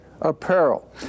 apparel